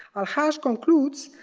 al-haj concludes,